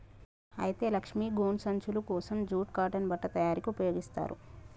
అయితే లక్ష్మీ గోను సంచులు కోసం జూట్ కాటన్ బట్ట తయారీకి ఉపయోగిస్తారు